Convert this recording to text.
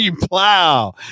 Plow